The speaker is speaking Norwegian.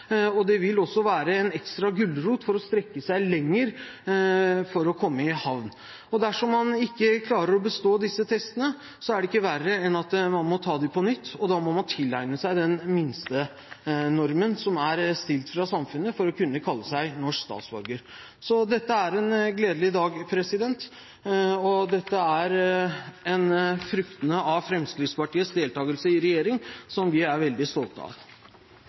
lenger for å komme i havn. Og dersom man ikke klarer å bestå disse testene, er det ikke verre enn at man må ta dem på nytt, og da må man tilegne seg den minstenormen av kunnskaper som er stilt som krav fra samfunnet for å kunne kalle seg norsk statsborger. Dette er en gledelig dag. Dette er fruktene av Fremskrittspartiets deltagelse i regjering, som vi er veldig stolte av.